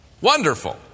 wonderful